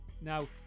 Now